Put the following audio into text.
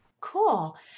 Cool